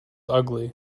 ugly